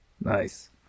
Nice